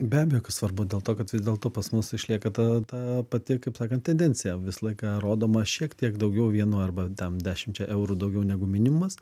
be abejo kad svarbu dėl to kad vis dėlto pas mus išlieka ta ta pati kaip sakant tendencija visą laiką rodoma šiek tiek daugiau vienu arba ten dešimčia eurų daugiau negu minimumas